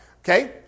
okay